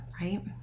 right